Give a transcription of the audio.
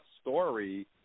story